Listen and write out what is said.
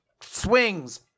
swings